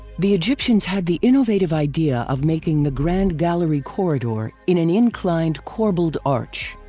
the egyptians had the innovative idea of making the grand gallery corridor in an inclined corbelled arch.